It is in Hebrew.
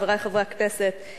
חברי חברי הכנסת,